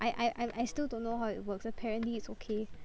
I I I'm I still don't know how it works apparently it's okay